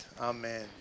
Amen